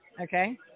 okay